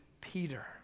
Peter